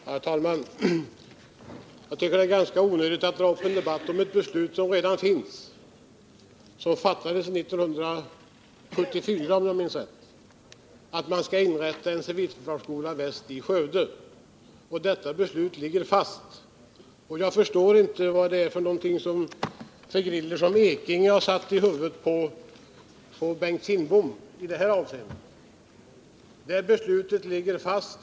Herr talman! Jag tycker att det var ganska onödigt att dra i gång en debatt kring ett beslut som — ifall jag minns rätt — fattades redan 1974 om att man skall inrätta en civilförsvarsskola i Skövde. Detta beslut ligger fast. Jag förstår inte vad det är för griller som Bernt Ekinge satt i huvudet på Bengt Kindbom i det här avseendet. Beslutet ligger alltså fast.